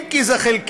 אם כי היא חלקית,